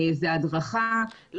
הדרכה,